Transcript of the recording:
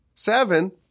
Seven